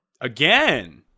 again